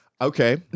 Okay